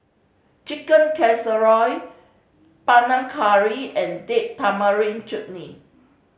Chicken Casserole Panang Curry and Date Tamarind Chutney